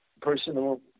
personal